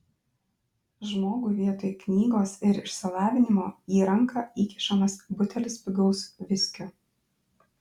žmogui vietoj knygos ir išsilavinimo į ranką įkišamas butelis pigaus viskio